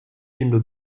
une